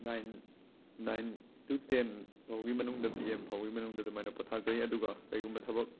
nine nine to ꯇꯦꯟꯐꯧꯒꯤ ꯃꯅꯨꯡꯗ P M ꯐꯧꯒꯤ ꯃꯅꯨꯡꯗ ꯑꯗꯨꯃꯥꯏꯅ ꯄꯣꯊꯥꯖꯩ ꯑꯗꯨꯒ ꯀꯩꯒꯨꯝꯕ ꯊꯕꯛ